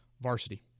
Varsity